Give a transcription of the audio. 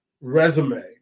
resume